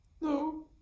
No